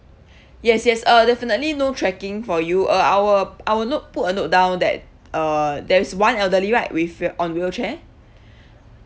yes yes uh definitely no trekking for you uh our our notebook will note down that uh there is one elderly right with your on wheelchair